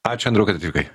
ačiū andriau kad atvykai